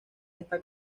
esta